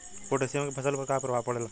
Potassium के फसल पर का प्रभाव पड़ेला?